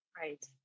Right